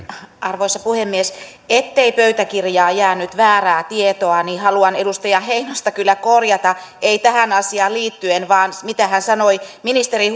arvoisa puhemies ettei pöytäkirjaan jää nyt väärää tietoa haluan edustaja heinosta kyllä korjata ei tähän asiaan liittyen vaan siihen mitä hän sanoi ministeri